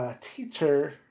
Teacher